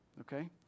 Okay